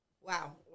Wow